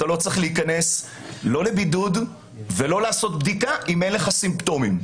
אתה לא צריך להיכנס לא לבידוד ולא לעשות בדיקה אם אין לך סימפטומים.